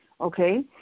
Okay